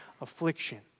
affliction